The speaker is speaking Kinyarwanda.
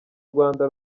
rwanda